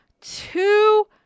two